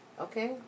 Okay